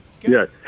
Yes